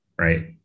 right